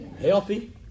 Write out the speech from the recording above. Healthy